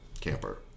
camper